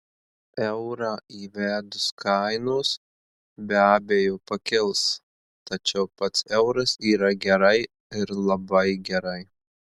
eurą įvedus kainos be abejo pakils tačiau pats euras yra gerai ir labai gerai